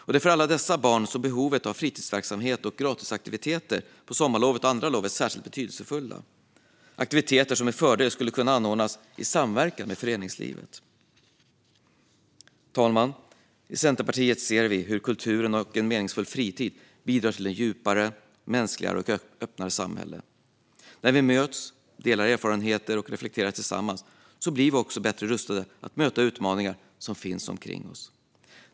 Det är för alla dessa barn som fritidshemsverksamhet och gratisaktiviteter på sommarlovet och andra lov är särskilt betydelsefulla, aktiviteter som med fördel skulle kunna anordnas i samverkan med föreningslivet. Fru talman! I Centerpartiet ser vi hur kulturen och en meningsfull fritid bidrar till ett djupare, mänskligare och öppnare samhälle. När vi möts, delar erfarenheter och reflekterar tillsammans blir vi också bättre rustade att möta utmaningar som finns omkring oss.